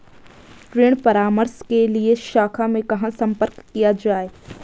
ऋण परामर्श के लिए शाखा में कहाँ संपर्क किया जाए?